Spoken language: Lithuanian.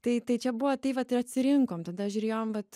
tai tai čia buvo tai vat ir atsirinkom tada žiūrėjom vat